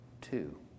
two